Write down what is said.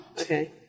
Okay